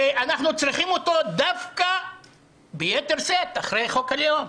שאנחנו צריכים אותו ביתר שאת אחרי חוק הלאום,